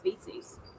species